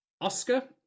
oscar